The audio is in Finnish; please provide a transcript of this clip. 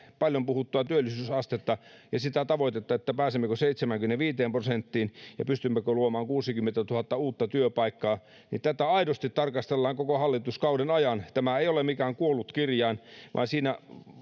paljon puhuttua työllisyysastetta ja sitä tavoitetta pääsemmekö seitsemäänkymmeneenviiteen prosenttiin ja pystymmekö luomaan kuusikymmentätuhatta uutta työpaikkaa tätä aidosti tarkastellaan koko hallituskauden ajan tämä ei ole mikään kuollut kirjain vaan siinä